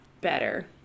better